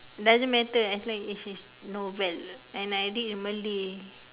doesn't matter as long as it is novel and I read in Malay